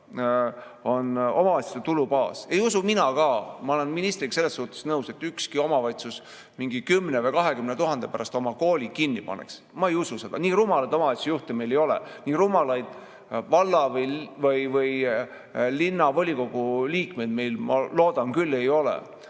on omavalitsuste tulubaas. Ei usu mina ka – ma olen ministriga selles suhtes nõus –, et ükski omavalitsus mingi 10 000 või 20 000 [euro] pärast oma kooli kinni paneks. Ma ei usu seda. Nii rumalaid omavalitsusjuhte meil ei ole. Nii rumalaid valla‑ või linnavolikogu liikmeid meil, ma loodan, küll ei ole.